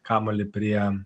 kamuolį prie